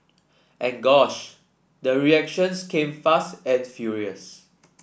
and gosh the reactions came fast and furious